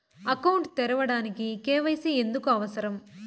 Account తెరవడానికి, KYC ఎందుకు అవసరం?